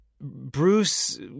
Bruce